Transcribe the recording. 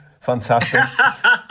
Fantastic